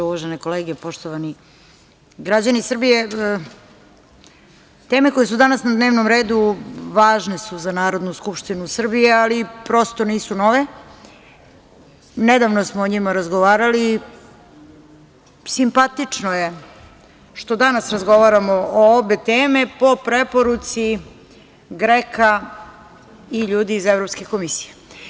Uvažene kolege, poštovani građani Srbije, teme koje su danas na dnevnom redu važne su za Narodnu skupštinu Srbije, ali prosto nisu nove, nedavno smo o njima razgovarali, simpatično je što danas razgovaramo o obe teme po preporuci GREKA i ljudi iz Evropske komisije.